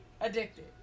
addicted